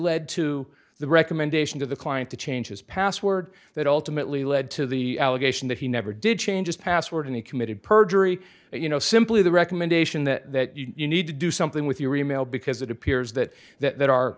led to the recommendation to the client to change his password that ultimately led to the allegation that he never did changes password and he committed perjury you know simply the recommendation that you need to do something with your e mail because it appears that that